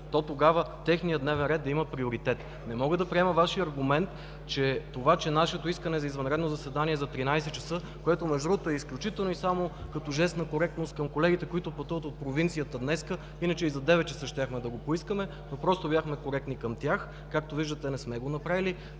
то тогава техният дневен ред да има приоритет. Не мога да приема Вашия аргумент, че нашето искане за извънредно заседание за 13,00 ч., което между другото е изключително и само като жест на коректност към колегите, които пътуват от провинцията днес, иначе и за 9,00 ч. щяхме да го поискаме, но просто бяхме коректни към тях, както виждате, не сме го направили,